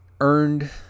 earned